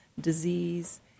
disease